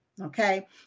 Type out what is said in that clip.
okay